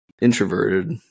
introverted